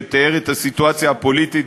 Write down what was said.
שתיאר את הסיטואציה הפוליטית,